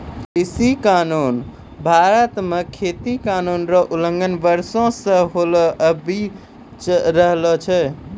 कृषि कानून भारत मे खेती कानून रो उलंघन वर्षो से होलो आबि रहलो छै